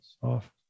soft